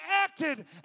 acted